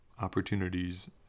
opportunities